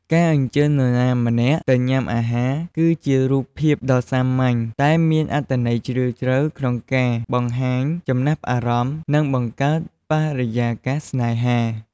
ការអញ្ជើញនរណាម្នាក់ទៅញ៉ាំអាហារ គឺជារូបភាពមួយដ៏សាមញ្ញ តែមានអត្ថន័យជ្រាលជ្រៅក្នុងការបង្ហាញចំណាប់អារម្មណ៍ និងបង្កើតបរិយាកាសស្នេហា។